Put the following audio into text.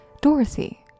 Dorothy